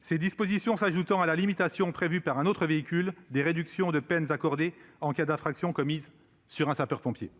Ces dispositions s'ajoutent à la limitation, prévue par un autre véhicule législatif, des réductions de peine accordées en cas d'infraction commise sur un sapeur-pompier.